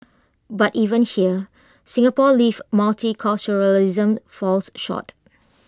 but even here Singapore's lived multiculturalism falls short